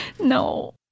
No